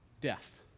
death